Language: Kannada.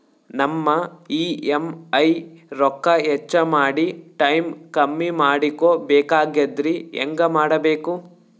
ನಮ್ಮ ಇ.ಎಂ.ಐ ರೊಕ್ಕ ಹೆಚ್ಚ ಮಾಡಿ ಟೈಮ್ ಕಮ್ಮಿ ಮಾಡಿಕೊ ಬೆಕಾಗ್ಯದ್ರಿ ಹೆಂಗ ಮಾಡಬೇಕು?